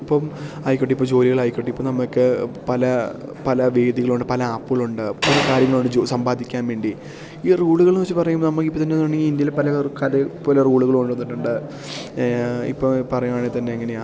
ഇപ്പം ആയിക്കോട്ടെ ഇപ്പോൾ ജോലികളായിക്കോട്ടെ ഇപ്പോൾ നമുക്ക് പല പല വേദികളുണ്ട് പല ആപ്പുകളുണ്ട് പല കാര്യങ്ങളുണ്ട് സമ്പാദിക്കാൻ വേണ്ടി ഈ ഒരു റോളുകൾ എന്നു വെച്ചു പറയുമ്പോൾ നമുക്കിപ്പോൾ തന്നെയാണ് ഈ ഇന്ത്യയിൽ പല കല പല റോളുകൾ കൊണ്ടുവന്നിട്ടുണ്ട് ഇപ്പോൾ പറയുകയാണെങ്കിൽ തന്നെ എങ്ങനെയാണ്